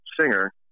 singer